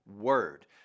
word